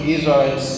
Israel